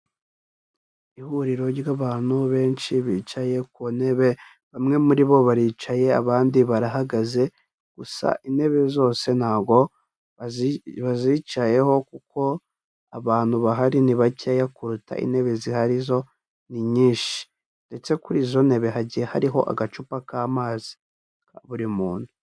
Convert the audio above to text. Ihuriro ry'abantu benshi bicaye ku ntebe, bamwe muri bo baricaye, abandi barahagaze, gusa intebe zose ntago bazicayeho, kuko abantu bahari ni bakeya kuruta intebe zihari zo ni nyinshi, ndetse kuri izo ntebe hagiye hariho agacupa k'amazi ka buri muntu.